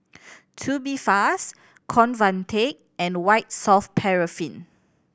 Tubifast Convatec and White Soft Paraffin